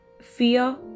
fear